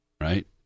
right